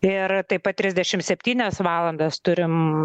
ir taip pat trisdešim septynias valandas turim